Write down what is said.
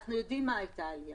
אנחנו יודעים מה הייתה העלייה,